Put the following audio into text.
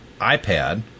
iPad